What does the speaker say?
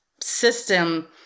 system